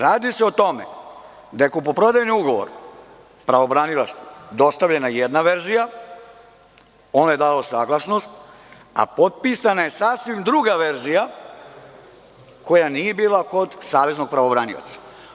Radi se o tome da je o kupoprodajnom ugovoru pravobranilaštvu dostavljena jedna verzija, ono je dalo saglasnost, a potpisana je sasvim druga verzija koja nije bila kod saveznog pravobranioca.